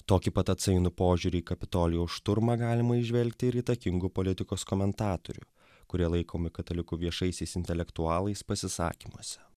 tokį pat atsainų požiūrį į kapitolijaus šturmą galima įžvelgti ir įtakingų politikos komentatorių kurie laikomi katalikų viešaisiais intelektualais pasisakymuose